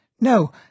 No